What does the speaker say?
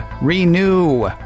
renew